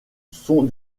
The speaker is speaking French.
sont